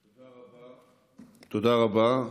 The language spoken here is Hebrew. תודה רבה.